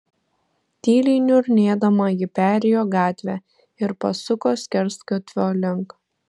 tyliai niurnėdama ji perėjo gatvę ir pasuko skersgatvio link